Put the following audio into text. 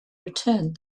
returned